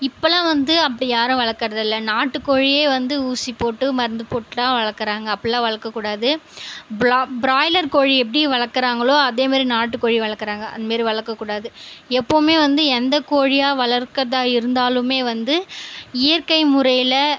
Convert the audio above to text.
இப்போலாம் வந்து அப்படி யாரும் வளர்க்கறது இல்லை நாட்டு கோழியே வந்து ஊசி போட்டு மருந்து போட்டு தான் வளர்க்கறாங்க அப்படிலாம் வளக்கக்கூடாது பிராய்லர் கோழி எப்படி வளர்க்கறாங்களோ அதே மாதிரி நாட்டுக் கோழி வளர்க்குறாங்க அந்த மாதிரி வளர்க்கக்கூடாது எப்பவுமே வந்து எந்த கோழியாக வளர்க்கிறதா இருந்தாலுமே வந்து இயற்கை முறையில்